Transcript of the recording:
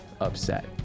upset